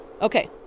Okay